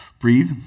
Breathe